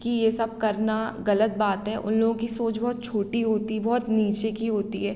कि ये सब करना ग़लत बात है उन लोगों की सोच बहुत छोटी होती है बुहत नीचे की होती है